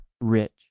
rich